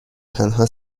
تنها